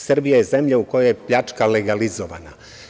Srbija je zemlja u kojoj je pljačka legalizovana.